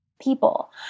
people